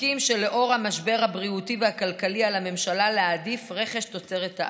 המשבר הבריאותי והכלכלי על הממשלה להעדיף רכש תוצרת הארץ.